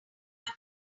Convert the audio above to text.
pair